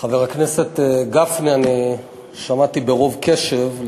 חבר הכנסת גפני, שמעתי ברוב קשב.